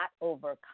overcome